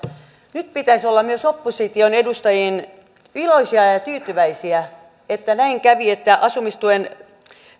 nyt pitäisi olla myös opposition edustajien iloisia ja ja tyytyväisiä että näin kävi että asumistuen